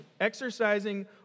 Exercising